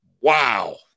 wow